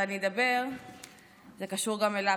אני אדבר, וזה קשור גם אליו.